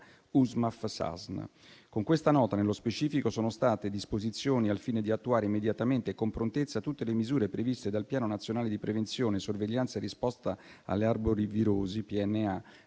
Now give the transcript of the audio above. Con questa nota, nello specifico, sono state date disposizioni al fine di attuare, immediatamente e con prontezza, tutte le misure previste dal Piano nazionale di prevenzione, sorveglianza e risposta alle arbovirosi, con